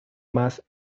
más